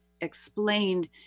explained